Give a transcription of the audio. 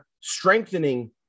strengthening